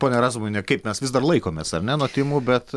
pone razmuviene kaip mes vis dar laikomės ar ne nuo tymų bet